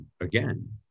again